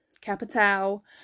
Capital